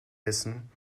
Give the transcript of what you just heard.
essen